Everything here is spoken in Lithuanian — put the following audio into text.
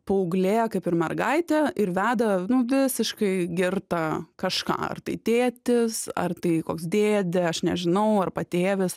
paauglė kaip ir mergaitė ir veda nu visiškai girtą kažką ar tai tėtis ar tai koks dėdė aš nežinau ar patėvis